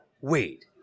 wait